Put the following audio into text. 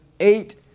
Eight